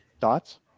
Thoughts